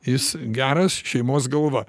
jis geras šeimos galva